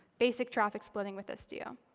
basic traffic splitting with istio.